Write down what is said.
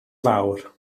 fawr